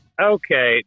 okay